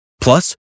Plus